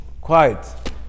Quiet